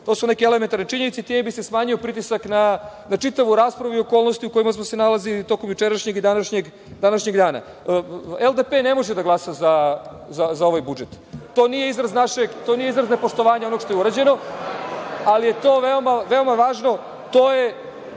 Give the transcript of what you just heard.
to su neke elementarne činjenice i time bi se smanjio pritisak na čitavu raspravu i okolnosti u kojima smo se nalazili tokom jučerašnjeg i današnjeg dana. Liberalno-demokratska partija ne može da glasa za ovaj budžet. To nije izraz nepoštovanja onog što je urađeno, ali je to veoma važno,